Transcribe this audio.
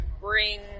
bring